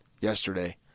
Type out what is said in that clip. yesterday